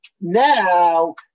now